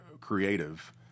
creative